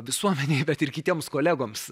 visuomenei bet ir kitiems kolegoms